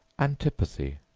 antipathy,